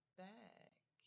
back